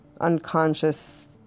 unconscious